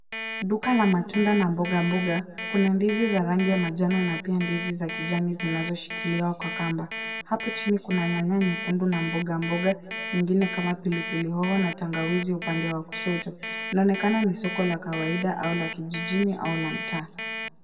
Duka la matunda na mboga mboga, kuna ndizi za rangi ya manjano na pia ndizi za kijani zinazoshikiliwa kwa kamba. Hapo chini kuna nyanya nyekundu na mboga mboga nyingine kama pilipili hoho na tangawizi upande wa kushoto. Inaonekana ni soko la kawaida au la kijijini au la mtaa.